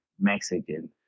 Mexican